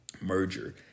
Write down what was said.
merger